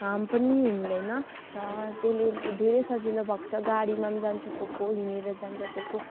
harm पनि हुँदैन र त्यसले धेरै सजिलो भएको छ गाडीमा पनि जान्छ कोही कोही हिँडेर जान्छ कोही कोही